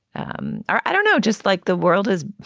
um i don't know, just like the world is.